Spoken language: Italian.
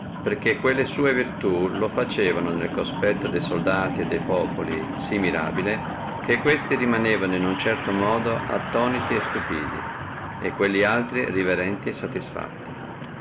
perché quelle sua virtù lo facevano nel conspetto de soldati e de populi sí mirabile che questi rimanevano quodammodo attoniti e stupidi e quelli altri reverenti e satisfatti